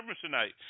tonight